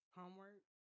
homework